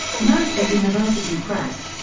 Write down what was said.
mercer university press.